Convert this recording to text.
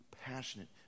passionate